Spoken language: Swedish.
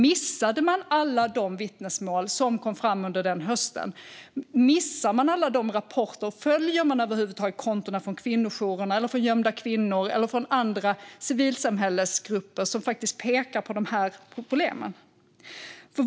Missade man alla de vittnesmål som kom fram under den hösten? Missade man alla de rapporterna? Följer man överhuvudtaget konton från kvinnojourerna, Gömda Kvinnor eller andra civilsamhällesgrupper som pekar på dessa problem?